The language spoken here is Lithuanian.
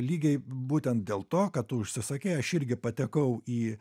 lygiai būtent dėl to kad tu užsisakei aš irgi patekau į